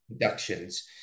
productions